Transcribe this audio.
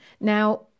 Now